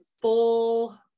full-